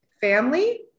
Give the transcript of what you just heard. Family